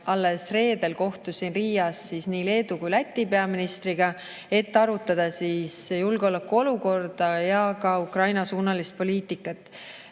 Alles reedel kohtusin Riias nii Leedu kui ka Läti peaministriga, et arutada julgeolekuolukorda ja ka Ukraina-suunalist poliitikat.